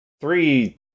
three